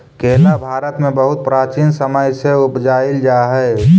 केला भारत में बहुत प्राचीन समय से उपजाईल जा हई